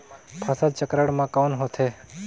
फसल चक्रण मा कौन होथे?